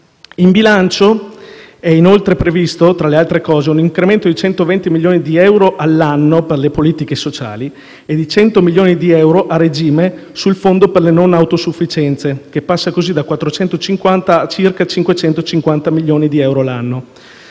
In bilancio è inoltre previsto, tra le altre cose, un incremento di 120 milioni di euro all'anno per le politiche sociali e di 100 milioni di euro - a regime - sul fondo per le non autosufficienze, che passa così da 450 milioni di euro l'anno